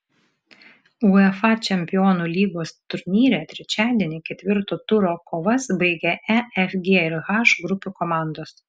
uefa čempionų lygos turnyre trečiadienį ketvirto turo kovas baigė e f g ir h grupių komandos